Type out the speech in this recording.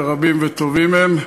רבים וטובים מהם,